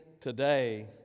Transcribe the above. today